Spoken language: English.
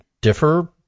differ